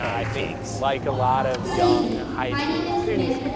i think like a lot of young, high achieving students,